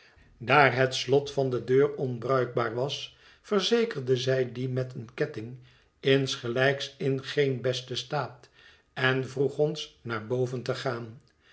daar het slot van de deur onbruikbaar was verzekerde zij die met een ketting insgelijks in geen besten staat en vroeg ons naar boven te gaan